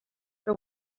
que